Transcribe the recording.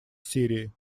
сирии